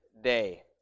day